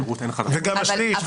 גם השליש.